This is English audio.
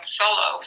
solo